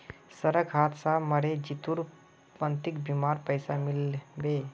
सड़क हादसात मरे जितुर पत्नीक बीमार पैसा मिल बे